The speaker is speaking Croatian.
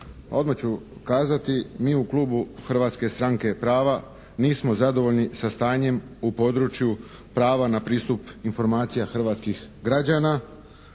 Odmah ću kazati, mi u klubu Hrvatske stranke prava nismo zadovoljni sa stanjem u području prava na pristup na informacija hrvatskih građana.